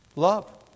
love